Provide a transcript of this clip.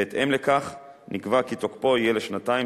בהתאם לכך נקבע כי תוקפו יהיה לשנתיים,